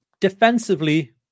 Defensively